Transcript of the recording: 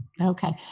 Okay